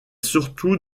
surtout